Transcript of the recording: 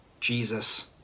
Jesus